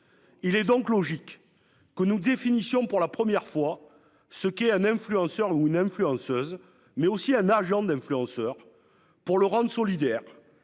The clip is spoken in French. Il est donc logique que nous définissions pour la première fois ce qui est un influenceur ou une influenceuse mais aussi un agent d'influenceur pour le Laurent solidaires